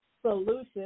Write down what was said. solution